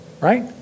right